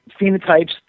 phenotypes